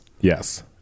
Yes